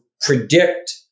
predict